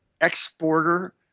exporter